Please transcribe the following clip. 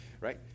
Right